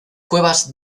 cuevas